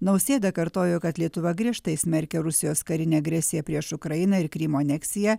nausėda kartojo kad lietuva griežtai smerkia rusijos karinę agresiją prieš ukrainą ir krymo aneksiją